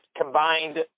combined